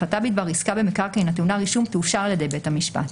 החלטה בדבר עסקה במקרקעין הטעונה רישום תאושר על ידי בית המשפט,